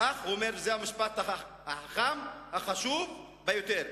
"אך" וזה המשפט החכם והחשוב ביותר,